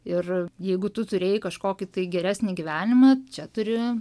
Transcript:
ir jeigu tu turėjai kažkokį tai geresnį gyvenimą čia turi